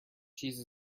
cheese